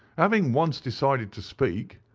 having once decided to speak,